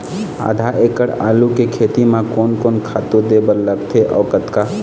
आधा एकड़ आलू के खेती म कोन कोन खातू दे बर लगथे अऊ कतका?